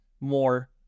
more